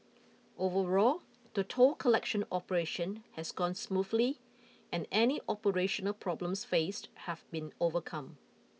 overall the toll collection operation has gone smoothly and any operational problems faced have been overcome